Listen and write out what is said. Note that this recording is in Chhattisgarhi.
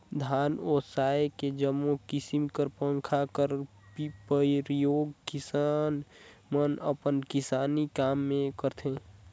धान ओसाए के जम्मो किसिम कर पंखा कर परियोग किसान मन अपन किसानी काम मे करथे